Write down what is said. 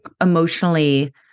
emotionally